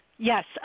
Yes